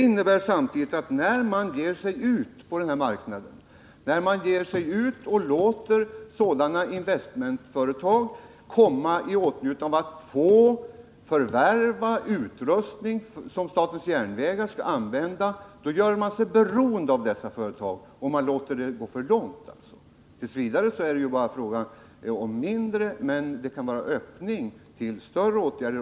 När staten ger sig ut på denna marknad och låter investmentföretag förvärva utrustning som statens järnvägar skall använda gör sig staten, om man låter det gå för långt, beroende av dessa företag. T. v. är det bara fråga om mindre åtgärder, men detta kan vara en öppning för större åtgärder.